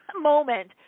moment